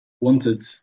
wanted